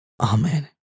Amen